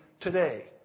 today